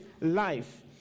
life